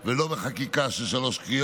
ולא בחקיקה של שלוש קריאות,